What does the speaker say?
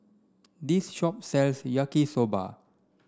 this shop sells Yaki Soba